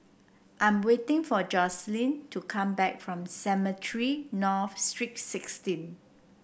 I'm waiting for Jocelyne to come back from Cemetry North Street Sixteen